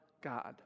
God